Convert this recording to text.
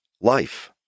life